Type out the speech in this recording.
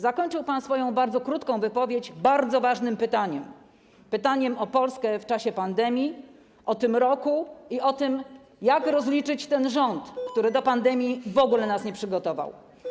Zakończył pan swoją bardzo krótką wypowiedź bardzo ważnym pytaniem - pytaniem o Polskę w czasie pandemii, o ten rok i o to, jak rozliczyć ten rząd, który do pandemii w ogóle nas nie przygotował.